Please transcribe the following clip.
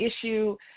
issue